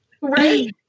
right